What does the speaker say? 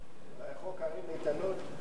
2011, לוועדת העבודה, הרווחה והבריאות נתקבלה.